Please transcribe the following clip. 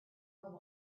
are